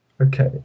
Okay